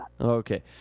Okay